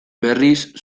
berriz